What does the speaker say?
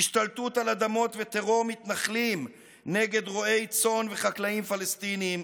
השתלטות על אדמות וטרור מתנחלים נגד רועי צאן וחקלאים פלסטינים,